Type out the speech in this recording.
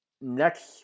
next